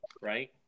right